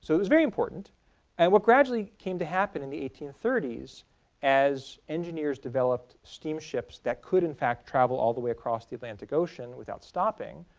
so it was very important and what gradually came to happen in the eighteen thirty s as engineers developed steamships that could in fact travel all the way across the atlantic ocean without stopping